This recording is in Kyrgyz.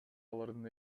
алардын